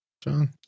John